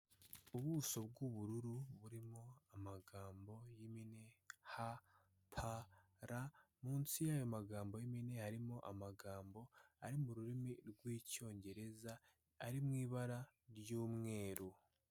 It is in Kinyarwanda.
Ubuso bw'ubururu burimo amagambo y'impine HPR, munsi y'ayo magambo y'impine harimo amagambo ari mu rurimi rw'icyongereza, ari mu ibara ry'umweru.